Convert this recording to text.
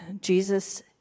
Jesus